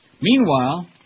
Meanwhile